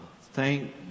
Thank